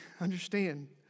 understand